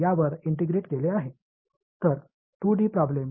எனவே இதுவரை நாம் என்ன செய்தோம் என்பதைப் பார்ப்போம்